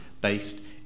based